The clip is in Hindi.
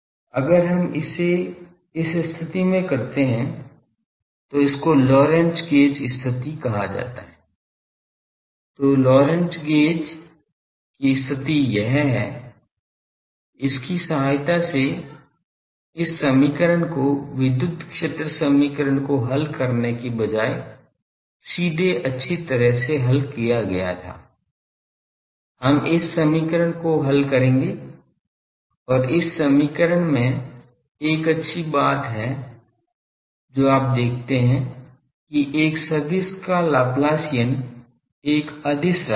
अगर हम इसे इस स्थिति में करते हैं तो इसको लोरेंत्ज़ गेज स्थिति कहा जाता है तो लोरेंत्ज़ गेज की स्थिति यह है इसकी सहायता से इस समीकरण को विद्युत क्षेत्र समीकरण को हल करने के बजाय सीधे अच्छी तरह से हल किया गया था हम इस समीकरण को हल करेंगे और इस समीकरण में एक अच्छी बात है है जो आप देखते हैं कि एक सदिश का लाप्लासियन एक अदिश राशि है